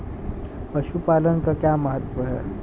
पशुपालन का क्या महत्व है?